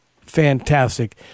fantastic